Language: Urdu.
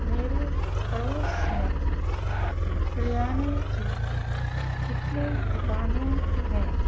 میرے پڑوس میں کریانے کی کتنی دکانیں ہیں